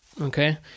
Okay